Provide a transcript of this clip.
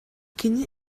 кини